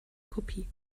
kopie